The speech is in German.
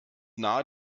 nahe